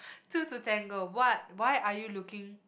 two to ten girl what why are you looking